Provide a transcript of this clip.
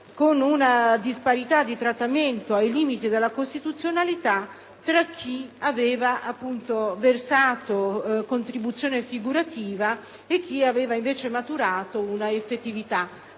con una disparità di trattamento, ai limiti della incostituzionalità, tra chi aveva versato una contribuzione figurativa e chi aveva invece maturato un'effettività